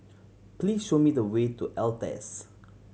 please show me the way to Altez